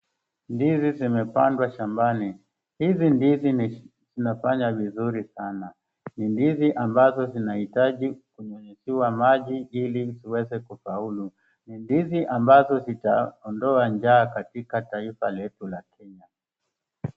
Ndizi zimepandwa shambani. Hizi ndizi zinafanya vizuri sana. Ni ndizi ambazo zinaitaji kunyunyiziwa maji ili ziweze kufaulu. Ni ndizi ambazo zitaondoa njaa katika taifa letu la Kenya.